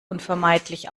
unvermeidlich